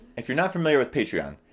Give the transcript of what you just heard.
if you are not familiar with patreon,